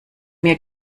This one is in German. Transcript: mir